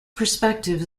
perspective